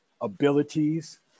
abilities